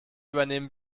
übernehmen